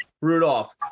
Rudolph